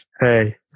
Hey